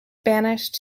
banished